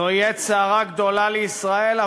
זו עת סערה גדולה לישראל,